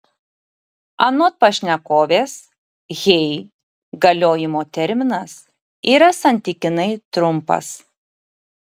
anot pašnekovės hey galiojimo terminas yra santykinai trumpas